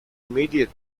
immediate